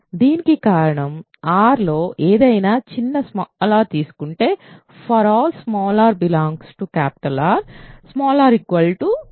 దీనికి కారణం Rలో ఏదైనా చిన్న r తీసుకోండి ∀ r R r r